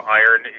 iron